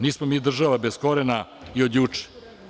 Nismo mi država bez korena i od juče.